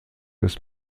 des